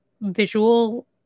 visual